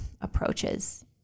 approaches